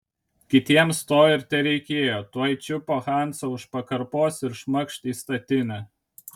kitiems to ir tereikėjo tuoj čiupo hansą už pakarpos ir šmakšt į statinę